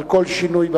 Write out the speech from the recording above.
על כל שינוי במהלכים.